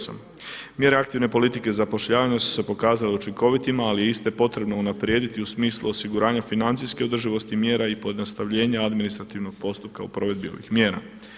Mjere aktivne politike u zapošljavanju su se pokazale učinkovitima ali je iste potrebno unaprijediti u smislu osiguranja financijske održivosti i mjera i pojednostavljenja administrativnog postupka u provedbi ovih mjera.